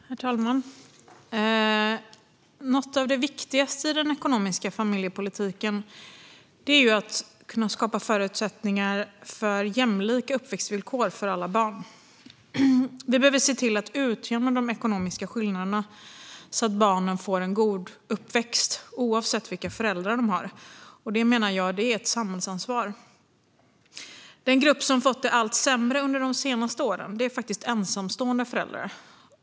Herr talman! Något av det viktigaste i den ekonomiska familjepolitiken är att kunna skapa förutsättningar för jämlika uppväxtvillkor för alla barn. Vi behöver se till att utjämna de ekonomiska skillnaderna, så att barnen får en god uppväxt oavsett vilka föräldrar de har. Det menar jag är ett samhällsansvar. Den grupp som har fått det allt sämre under de senaste åren är ensamstående föräldrar.